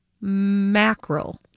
Mackerel